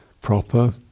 proper